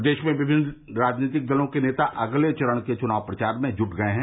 प्रदेश में विभिन्न राजनीतिक दलों के नेता अगले चरण के चुनाव प्रचार में जूट गये हैं